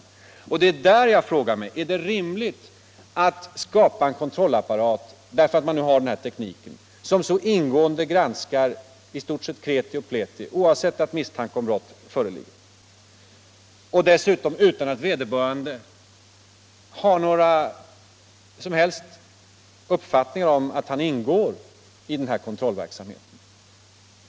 Vad jag i detta sammanhang frågar är om det är rimligt att skapa en kontrollapparat, därför att den här tekniken finns, som så ingående granskar i stort sett varje person utan att misstanke om brott föreligger. Dessutom gör man det utan att vederbörande har någon som helst vetskap om att han ingår i den här kontrollverksamheten.